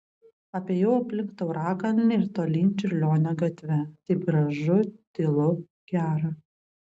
apėjau aplink taurakalnį ir tolyn čiurlionio gatve taip gražu tylu gera